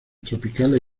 tropicales